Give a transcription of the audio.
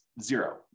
zero